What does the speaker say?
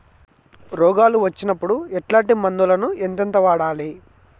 రోగాలు వచ్చినప్పుడు ఎట్లాంటి మందులను ఎంతెంత వాడాలి?